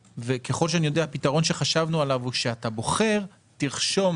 הפתרון שחשבנו עליו הוא שכאשר אתה בוחר תרשום